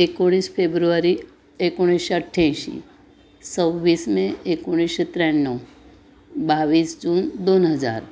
एकोणीस फेब्रुवारी एकोणीसशे अठ्ठ्याऐंशी सव्वीस मे एकोणीसशे त्र्याण्णव बावीस जून दोन हजार